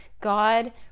god